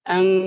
Ang